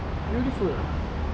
beautiful ah